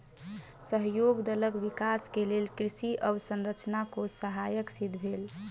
सहयोग दलक विकास के लेल कृषि अवसंरचना कोष सहायक सिद्ध भेल